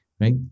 right